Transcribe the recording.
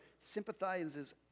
sympathizes